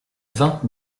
vingt